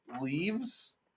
leaves